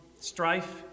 strife